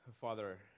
Father